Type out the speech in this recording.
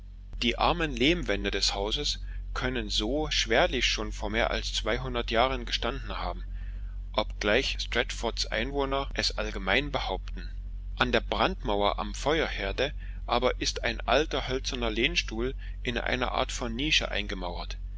die armen lehnwände des hauses können sohl schwerlich schon vor weit mehr als zweihundert jahren gestanden haben obgleich stratfords einwohner es allgemein behaupten in der brandmauer am feuerherde aber ist ein alter hölzerner lehnstuhl in einer art von nische eingemauert